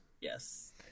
Yes